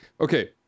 okay